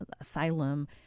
asylum